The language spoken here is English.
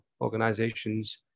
organizations